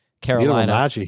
Carolina